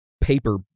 paper